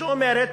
שאומרת: